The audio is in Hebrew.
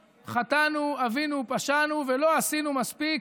חטאנו, עווינו, פשענו ולא עשינו מספיק